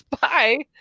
Bye